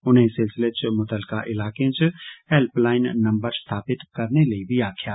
उनें इस सिलसिले च मुत्त्ल्लका इलाकें च हेल्पलाइन नंबर स्थापित करने लेई बी आक्खेआ